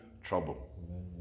trouble